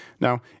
Now